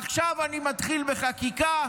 עכשיו אני מתחיל בחקיקה.